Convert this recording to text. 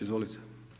Izvolite.